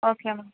okay madam